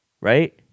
right